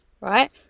right